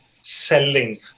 selling